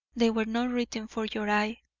they were not written for your eye,